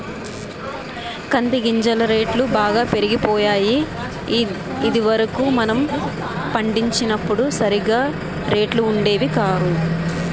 కంది గింజల రేట్లు బాగా పెరిగిపోయాయి ఇది వరకు మనం పండించినప్పుడు సరిగా రేట్లు ఉండేవి కాదు